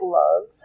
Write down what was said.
love